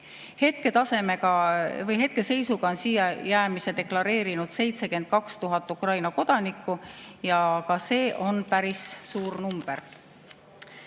palju. Hetkeseisuga on siia jäämise deklareerinud 72 000 Ukraina kodanikku ja ka see on päris suur arv.